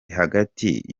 hagati